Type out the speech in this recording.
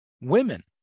women